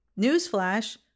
Newsflash